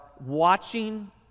watching